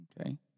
Okay